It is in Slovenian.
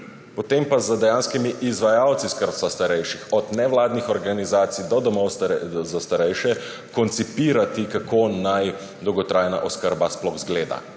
potem pa z dejanskimi izvajalci skrbstva starejših, od nevladnih organizacij do domov za starejše, koncipirati, kako naj dolgotrajna oskrba sploh izgleda,